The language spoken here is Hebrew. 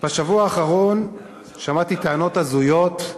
בשבוע האחרון שמעתי טענות הזויות,